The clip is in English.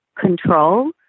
control